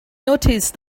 noticed